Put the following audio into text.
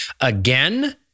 again